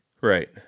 right